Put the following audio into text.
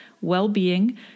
well-being